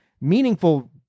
meaningful